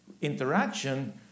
interaction